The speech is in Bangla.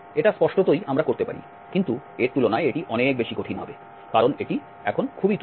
এটা স্পষ্টতই আমরা করতে পারি কিন্তু এর তুলনায় এটি অনেক বেশি কঠিন হবে কারণ এটি এখন খুবই তুচ্ছ